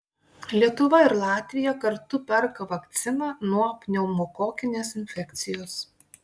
lietuva ir latvija kartu perka vakciną nuo pneumokokinės infekcijos